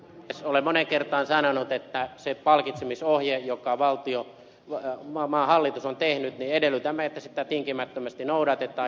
olen moneen kertaan sanonut että siinä palkitsemisohjeessa jonka maan hallitus on tehnyt edellytämme että sitä tinkimättömästi noudatetaan